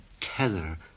tether